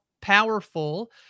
powerful